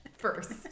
first